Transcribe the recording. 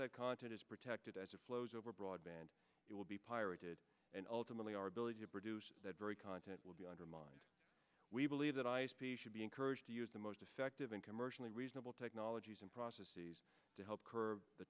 that content is protected as it flows over broadband it will be pirated and ultimately our ability to produce that very content will be undermined we believe that i speak should be encouraged to use the most effective and commercially reasonable technologies and processes to help curb the